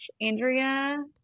Andrea